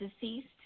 deceased